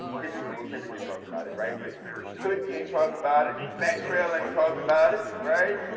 kendrick well kendrick is talking about it, right? but glizzy ain't talking about it. fat trail ain't talking about it, right?